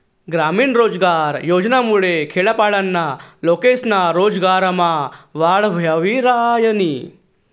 ग्रामीण रोजगार योजनामुये खेडापाडाना लोकेस्ना रोजगारमा वाढ व्हयी रायनी